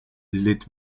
litt